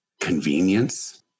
convenience